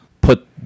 put